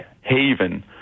haven